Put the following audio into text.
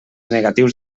negatius